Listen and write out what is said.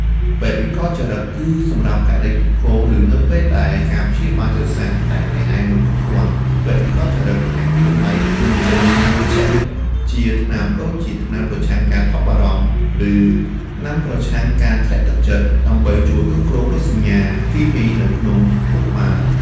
ពេទ្យវិកលចរិត គឺសម្រាប់ករណីធ្ងន់ធ្ងរ ឬនៅពេលដែលការព្យាបាលចិត្តសាស្ត្រតែម្នាក់ឯងមិនគ្រប់គ្រាន់ ពេទ្យវិកលចរិតអាចវាយតម្លៃ និងចេញវេជ្ជបញ្ជាថ្នាំ ដូចជាថ្នាំប្រឆាំងការថប់បារម្ភ ឬថ្នាំប្រឆាំងការធ្លាក់ទឹកចិត្ត ដើម្បីជួយគ្រប់គ្រងរោគសញ្ញា គីមីនៅក្នុងខួរក្បាល។